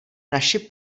naši